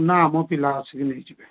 ନା ଆମ ପିଲା ଆସିକି ନେଇଯିବେ